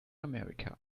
america